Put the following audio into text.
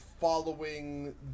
following